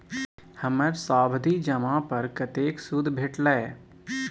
हमर सावधि जमा पर कतेक सूद भेटलै?